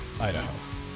Idaho